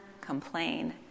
complain